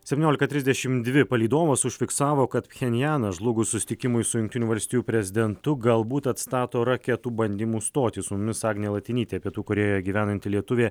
septyniolika trisdešimt dvi palydovas užfiksavo kad pchenjanas žlugus susitikimui su jungtinių valstijų prezidentu galbūt atstato raketų bandymų stotis su mumis agnė latinytė pietų korėjoje gyvenanti lietuvė